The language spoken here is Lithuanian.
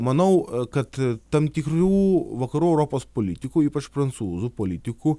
manau kad tam tikrų vakarų europos politikų ypač prancūzų politikų